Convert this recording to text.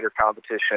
competition